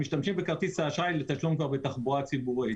משתמשים בכרטיס האשראי לתשלום בתחבורה הציבורית.